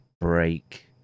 break